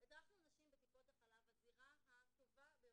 ולייצר תהליך של הטמעה, הוא חייב להיות לאורך זמן,